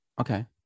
Okay